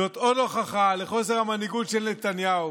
זאת עוד הוכחה לחוסר המנהיגות של נתניהו.